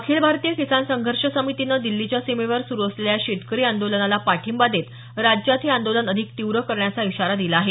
अखिल भारतीय किसान संघर्ष समितीने दिल्लीच्या सीमेवर सुरू असलेल्या शेतकरी आंदोलनाला पाठिंबा देत राज्यात हे आंदोलन अधिक तीव्र करण्याचा इशारा दिला आहे